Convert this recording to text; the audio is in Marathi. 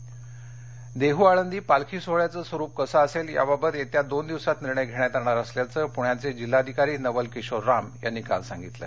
पालखी देहू आळंदी पालखी सोहोळयाचं स्वरूप कसं असेल याबाबत येत्या दोन दिवसात निर्णय घेण्यात येणार असल्याचं पुण्याचे जिल्हाधिकारी नवल किशोर राम यांनी काल सांगितलं